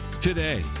today